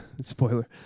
Spoiler